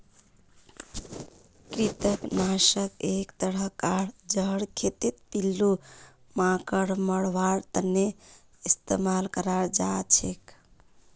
कृंतक नाशक एक तरह कार जहर खेतत पिल्लू मांकड़ मरवार तने इस्तेमाल कराल जाछेक